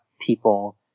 people